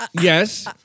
Yes